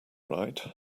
right